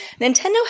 Nintendo